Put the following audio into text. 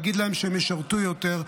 להגיד להם שהם ישרתו יותר,